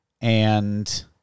And-